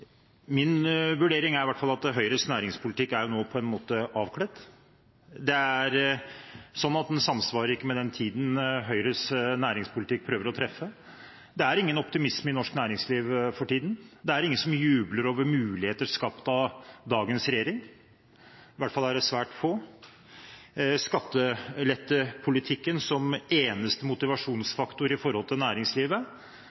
hvert fall at Høyres næringspolitikk nå på en måte er avkledt. Den samsvarer ikke med den tiden Høyres næringspolitikk prøver å treffe. Det er ingen optimisme i norsk næringsliv for tiden. Det er ingen som jubler over muligheter skapt av dagens regjering – i hvert fall er det svært få. Å ha skattelettepolitikken som eneste motivasjonsfaktor når det gjelder næringslivet,